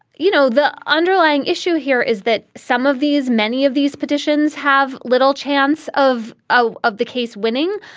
you know, the underlying issue here is that some of these many of these petitions have little chance of ah of the case winning.